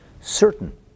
certain